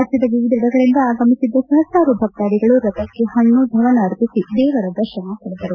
ರಾಜ್ಯದ ವಿವಿಧೆಡೆಗಳಿಂದ ಆಗಮಿಸಿದ್ದ ಸಪಸ್ತಾರು ಭಕ್ತಾದಿಗಳು ರಥಕ್ಕೆ ಪಣ್ಣು ದವನ ಅರ್ಪಿಸಿ ದೇವರ ದರ್ಶನ ಪಡೆದರು